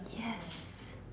yes